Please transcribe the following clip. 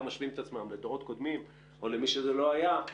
משווים את עצמם לדורות קודמים או למי שזה לא היה,